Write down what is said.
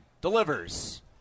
delivers